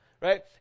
right